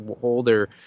holder